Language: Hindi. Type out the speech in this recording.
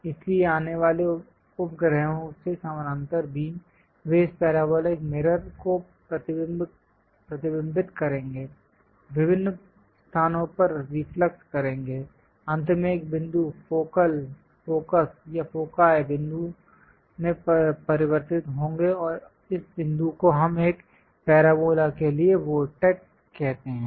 इसलिए आने वाले उपग्रहों से समानांतर बीम वे इस पैराबोलिक मिरर को प्रतिबिंबित करेंगे विभिन्न स्थानों पर रिफ्लक्स करेंगे अंत में एक बिंदु फोकल फ़ोकस या फोकाई बिंदु में परिवर्तित होंगे और इस बिंदु को हम एक पैराबोला के लिए वोर्टेक्स कहते हैं